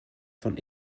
von